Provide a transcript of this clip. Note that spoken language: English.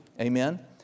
Amen